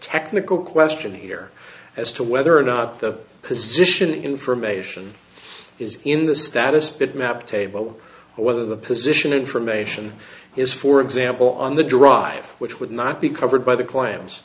technical question here as to whether or not the position information is in the status bitmap table or whether the position information is for example on the drive which would not be covered by the clams